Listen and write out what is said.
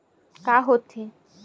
का होथे?